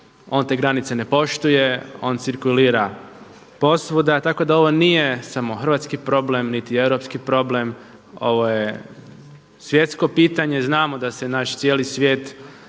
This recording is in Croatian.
on te granice ne poštuje, on cirkulira posvuda, tako da ovo nije samo hrvatski problem niti europski problem, ovo je svjetsko pitanje. Znamo da se naš cijeli svijet